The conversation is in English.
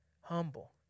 Humble